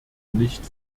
nicht